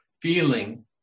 feeling